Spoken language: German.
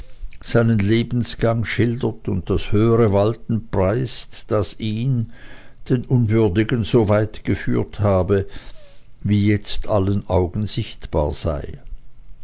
seinen lebensgang schildert und das höhere walten preist das ihn den unwürdigen so weit geführt habe wie jetzt allen augen sichtbar sei